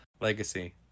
legacy